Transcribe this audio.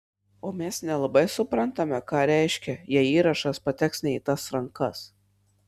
o mes nelabai suprantame ką reiškia jei įrašas pateks ne į tas rankas